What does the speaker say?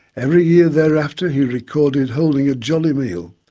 every year thereafter he recorded holding a jolly meal.